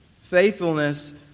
faithfulness